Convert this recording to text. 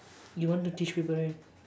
you want the tissue paper right